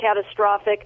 catastrophic